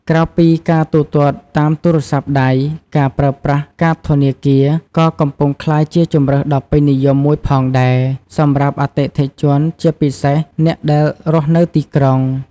ក្រៅពីការទូទាត់តាមទូរស័ព្ទដៃ ការប្រើប្រាស់ កាតធនាគារ ក៏កំពុងក្លាយជាជម្រើសដ៏ពេញនិយមមួយផងដែរ សម្រាប់អតិថិជនជាពិសេសអ្នកដែលរស់នៅទីក្រុង។